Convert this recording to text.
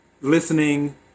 listening